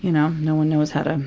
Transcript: you know? no one knows how they're